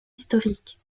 historiques